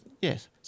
Yes